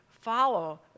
follow